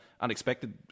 unexpected